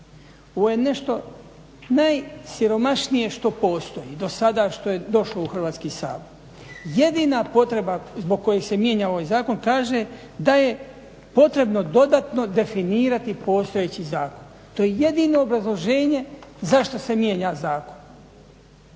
Ovo je nešto najsiromašnije što postoji, do sada što je došlo u Hrvatski sabor. Jedina potreba zbog koje se mijenja ovaj zakon kaže da je potrebno dodatno definirati postojeći zakon. To je jedino obrazloženje zašto se mijenja zakon.